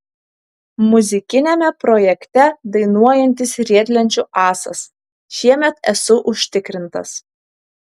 muzikiniame projekte dainuojantis riedlenčių ąsas šiemet esu užtikrintas